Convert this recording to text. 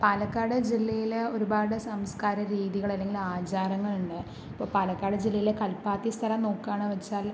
പാലക്കാട് ജില്ലയിൽ ഒരുപാട് സംസ്കാരരീതികൾ അല്ലെങ്കിൽ ആചാരങ്ങൾ ഉണ്ട് ഇപ്പോൾ പാലക്കാട് ജില്ലയിലെ കൽപ്പാത്തി സ്ഥലം നോക്കുകയാണെന്ന് വെച്ചാൽ